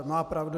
Má pravdu.